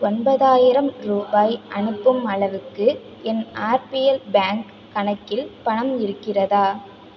ஒன்பதாயிரம் ரூபாய் அனுப்பும் அளவுக்கு என் ஆர்பிஎல் பேங்க் கணக்கில் பணம் இருக்கிறதா